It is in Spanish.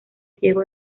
ciego